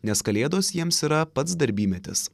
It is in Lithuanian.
nes kalėdos jiems yra pats darbymetis